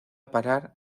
parar